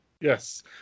Yes